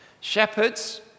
Shepherds